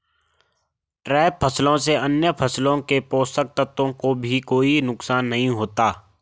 trap फसलों से अन्य फसलों के पोषक तत्वों को भी कोई नुकसान नहीं होता